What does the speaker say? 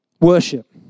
worship